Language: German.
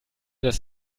das